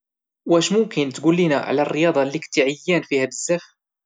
واش ممكن تقول لينا على الرياضة اللي كنتي عيان فيها بزاف؟